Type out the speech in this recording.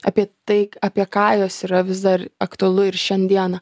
apie tai apie ką jos yra vis dar aktualu ir šiandieną